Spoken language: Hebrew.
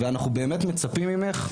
אנחנו באמת מצפים ממך,